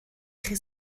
chi